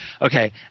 Okay